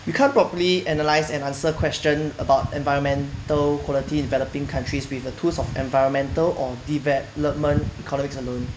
you can't properly analyse and answer questions about environmental quality in developing countries with the tools of environmental or development economics alone